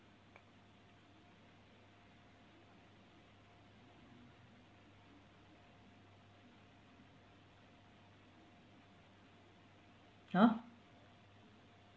!huh!